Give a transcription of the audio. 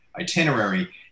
itinerary